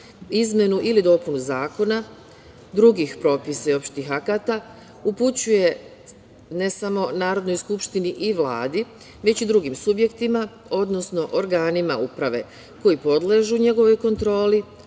izmenu ili dopunu zakona, drugih propisa i opštih akata upućuje ne samo Narodnoj skupštini i Vladi, već i drugim subjektima, odnosno organima uprave koji podležu njegovoj kontroli,